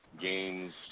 games